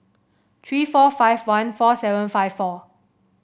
three four five one four seven five four